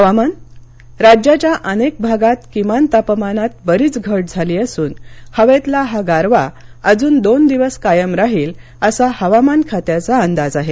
हवामान राज्याच्या अनेक भागात किमान तापमानात बरीच घट झाली असून हवेतला हा गारवा अजून दोन दिवस कायम राहील असा हवामान खात्याचा अंदाज आहे